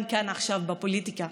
גם כאן עכשיו בפוליטיקה,